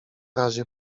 razie